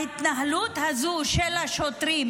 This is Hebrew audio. ההתנהלות הזו של השוטרים,